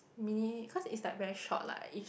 mini because it's like very short lah it's